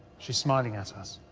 she's smiling at us.